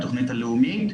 התוכנית הלאומית,